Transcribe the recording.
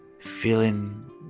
feeling